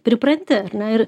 pripranti ir